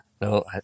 No